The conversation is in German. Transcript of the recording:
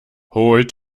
holt